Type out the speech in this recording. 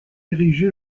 érigé